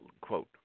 Quote